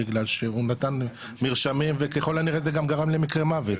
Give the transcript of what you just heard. בגלל שהוא נתן מרשמים וככול הנראה זה גם גרם למקרה מוות.